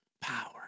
Power